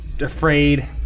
afraid